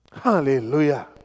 Hallelujah